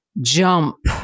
Jump